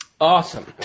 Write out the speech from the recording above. Awesome